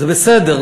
זה בסדר,